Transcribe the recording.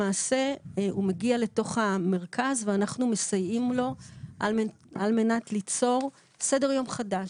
הוא למעשה מגיע לתוך המרכז ואנחנו מסייעים לו על מנת ליצור סדר יום חדש.